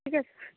ঠিক আছে